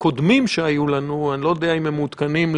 האם יש לכם איזו שהיא הערכה?